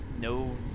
no